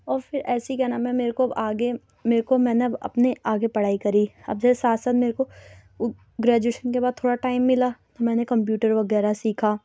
اور پھر ایسے ہی کیا نام ہے میرے کو آگے میرے کو میں نے اپنے آگے پڑھائی کری اب جو ہے ساتھ ساتھ میرے کو گریجویشن کے بعد تھوڑا ٹائم ملا تو میں نے کمپیوٹر وغیرہ سیکھا